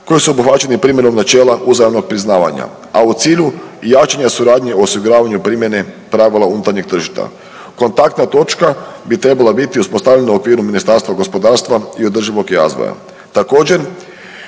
koji su obuhvaćeni primjenom načela uzajamnog priznavanja, a u cilju jačanja suradnje u osiguravanju primjene pravila unutarnjeg tržišta. Kontaktna točka bi trebala biti uspostavljena u okviru Ministarstva gospodarstva i održivog razvoja.